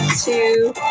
two